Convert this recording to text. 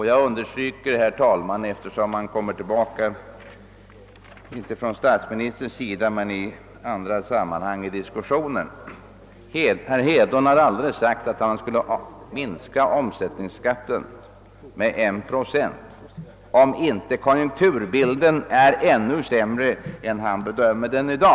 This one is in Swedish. Jag understryker, herr talman, eftersom det tidigare har varit på tal — inte av statsministern men i andra sammanhang i diskussionen — att herr Hedlund aldrig har sagt, att han vill minska omsättningsskatten med en procent, om inte konjunkturbilden är ännu sämre än han i dag bedömer den vara.